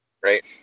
right